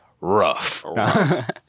Rough